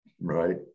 Right